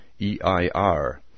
EIR